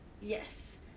Yes